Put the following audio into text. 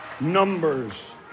Numbers